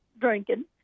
drinking